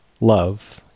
love